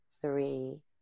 three